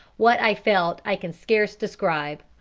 what i felt i can scarce describe,